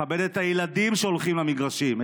לכבד את הילדים שהולכים למגרשים,